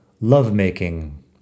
lovemaking